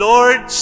Lord